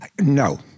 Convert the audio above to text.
No